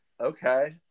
Okay